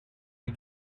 due